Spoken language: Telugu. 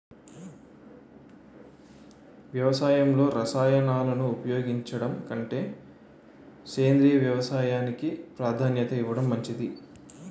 వ్యవసాయంలో రసాయనాలను ఉపయోగించడం కంటే సేంద్రియ వ్యవసాయానికి ప్రాధాన్యత ఇవ్వడం మంచిది